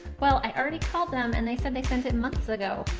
well, i already called them and they said they sent it months ago!